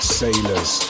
sailors